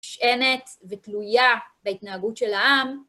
נשענת ותלויה בהתנהגות של העם.